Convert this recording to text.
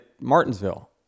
Martinsville